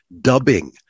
dubbing